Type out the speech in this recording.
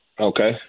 Okay